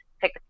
pick